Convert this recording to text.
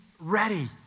ready